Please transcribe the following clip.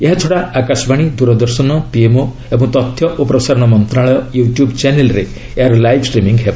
ଏହାଛଡ଼ା ଆକାଶବାଣୀ ଦୂରଦର୍ଶନ ପିଏମ୍ଓ ଏବଂ ତଥ୍ୟ ଓ ପ୍ରସାରଣ ମନ୍ତ୍ରଣାଳୟ ୟୁ ଟ୍ୟୁବ୍ ଚ୍ୟାନେଲ୍ରେ ଏହାର ଲାଇଭ୍ ଷ୍ଟ୍ରିମିଙ୍ଗ୍ ହେବ